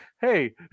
Hey